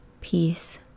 peace